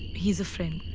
he's a friend.